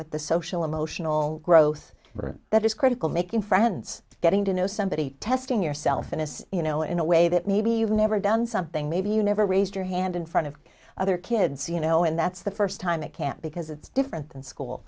with the social emotional growth that is critical making friends getting to know somebody testing yourself and as you know in a way that maybe you've never done something maybe you never raised your hand in front of other kids you know and that's the first time it can't because it's different than school